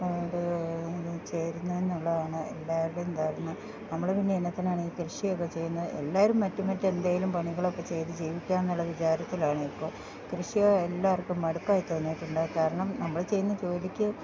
അത് ചേരുന്ന് എന്നുള്ളതാണ് എല്ലാവരുടേം ധാരണ നമ്മൾ പിന്നെ എന്നാത്തിനാണ് ഈ കൃഷി ഒക്കെ ചെയ്യുന്നത് എല്ലാവരും മറ്റു മറ്റ് എന്തേലും പണികൾ ഒക്കെ ചെയ്ത് ജീവിക്കാം എന്നുള്ള വിചാരത്തിലാണ് ഇപ്പോൾ കൃഷിയെ എല്ലാവർക്കും മടുപ്പായി തോന്നിട്ടുണ്ട് കാരണം നമ്മൾ ചെയ്യുന്ന ജോലിക്ക്